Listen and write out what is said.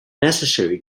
necessary